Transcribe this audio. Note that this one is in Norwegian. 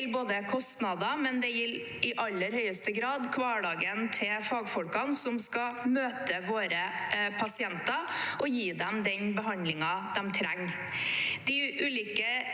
Det gjelder kostnader, men i aller høyeste grad gjelder det hverdagen til fagfolkene som skal møte våre pasienter og gi dem den behandlingen de trenger.